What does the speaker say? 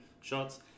shots